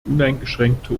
uneingeschränkte